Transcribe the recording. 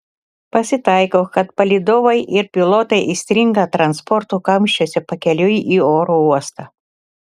pasitaiko kad palydovai ir pilotai įstringa transporto kamščiuose pakeliui į oro uostą